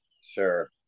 Sure